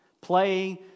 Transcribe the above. playing